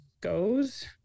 goes